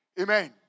Amen